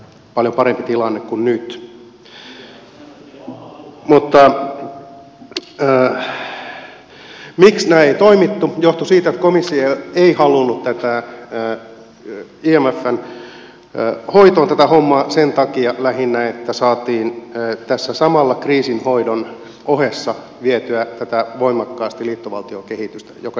mutta se miksi näin ei toimittu johtui siitä että komissio ei halunnut imfn hoitoon tätä hommaa sen takia lähinnä että saatiin tässä samalla kriisin hoidon ohessa vietyä voimakkaasti tätä liittovaltiokehitystä joka jatkuu edelleen